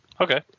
okay